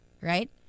right